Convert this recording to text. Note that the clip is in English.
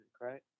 right